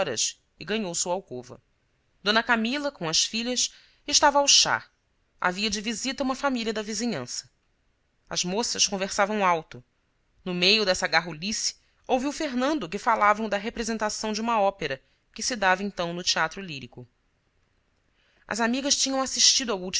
desoras e ganhou sua alcova d camila com as filhas estava ao chá havia de visita uma família da vizinhança as moças conversavam alto no meio dessa garrulice ouviu fernando que falavam da representação de uma ópera que se dava então no teatro lírico as amigas tinham assistido